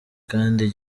kandi